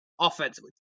offensively